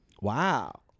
Wow